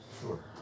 Sure